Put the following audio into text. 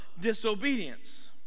disobedience